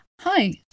Hi